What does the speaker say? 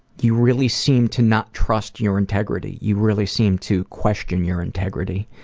you really seem to not trust your integrity. you really seem to question your integrity.